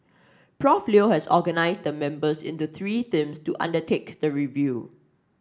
Prof Leo has organised the members into three teams to undertake the review